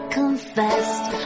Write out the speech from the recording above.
confessed